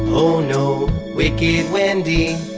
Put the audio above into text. oh no, wicked wendy.